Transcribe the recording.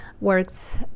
works